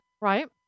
Right